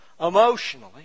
emotionally